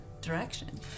direction